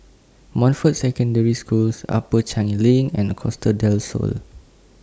Montfort Secondary Schools Upper Changi LINK and Costa Del Sol